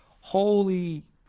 Holy